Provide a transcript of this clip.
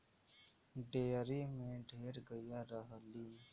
dairy में ढेर गइया रहलीन